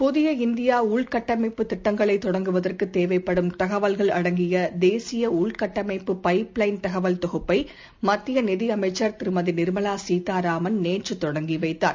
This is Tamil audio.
புதிய இந்தியாஉள்கட்டமைப்பு திட்டங்களைதொடங்குவதற்குதேவைப்படும் தகவல்கள் அடங்கியதேசியஉள்கட்டமைப்பு பைப்லைன் தகவல் தொகுப்பைமத்தியநிதிஅமைச்சர் திருமதி நிர்மலாசீதாராமன் நேற்றுதொடங்கிவைத்தார்